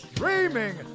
Streaming